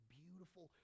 beautiful